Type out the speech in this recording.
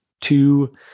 two